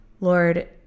Lord